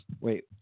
wait